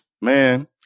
Man